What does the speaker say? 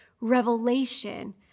revelation